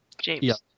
James